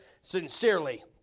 sincerely